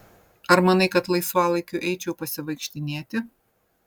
ar manai kad laisvalaikiu eičiau pasivaikštinėti